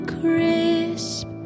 crisp